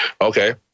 Okay